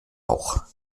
auch